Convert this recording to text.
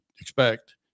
expect